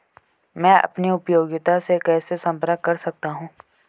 मैं अपनी उपयोगिता से कैसे संपर्क कर सकता हूँ?